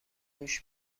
هوش